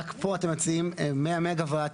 רק פה אתם מציעים 100 מגה-וואט.